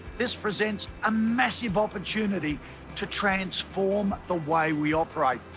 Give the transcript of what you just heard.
this presents a massive opportunity to transform the way we operate,